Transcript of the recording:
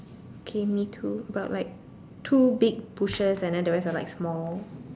okay me too but like two big bushes and then the rest are like small